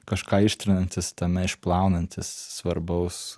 kažką ištrinantis tenai išplaunantis svarbaus